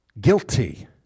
guilty